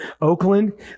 Oakland